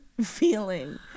feeling